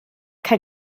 kein